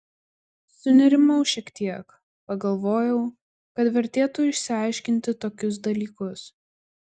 sunerimau šiek tiek pagalvojau kad vertėtų išsiaiškinti tokius dalykus